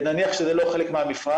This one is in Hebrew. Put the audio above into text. ונניח שזה לא חלק מהמפרט,